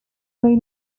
may